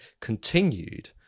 continued